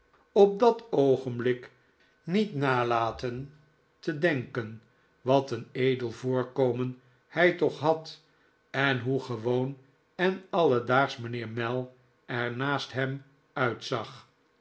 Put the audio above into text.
dichtbij en oogenblik niet nalaten te denken wat een edel voorkomen hij toch had en hoe gewoon en alledaagsch mijnheer mell er naast hem uitzag